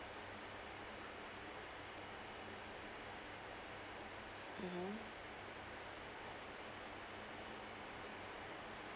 mmhmm